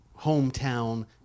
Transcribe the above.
hometown